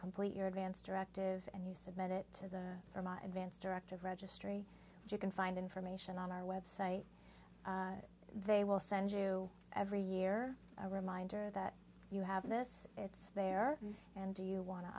complete your advance directive and you submit it to the from advance directive registry you can find information on our website they will send you every year a reminder that you have this it's there and do you want to